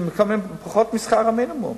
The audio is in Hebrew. שמקבלים פחות משכר המינימום.